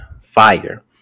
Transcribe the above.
fire